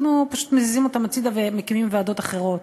אנחנו פשוט מזיזים אותן הצדה ומקימים ועדות אחרות.